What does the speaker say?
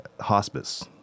hospice